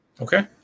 Okay